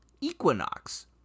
equinox